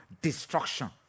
destruction